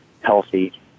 healthy